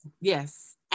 yes